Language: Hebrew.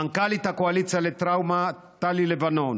מנכ"לית הקואליציה לטראומה טלי לבנון,